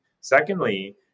Secondly